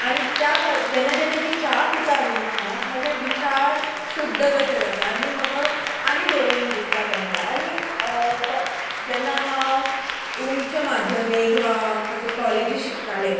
आनी जेन्ना जेन्ना कि च्या पिता न्हि हांव म्हाजे विचार शुद्ध कशें जाता आनी मागीर म्हाका आनीक बरोयन दिसता केन्ना केन्ना जेन्ना हांव उच्च माध्यमिक वा खंयच्या कॉलेजीक शिकतालें